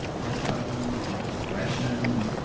testosterone you know aggression.